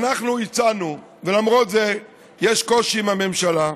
אנחנו הצענו, ולמרות זה יש קושי עם הממשלה,